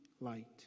light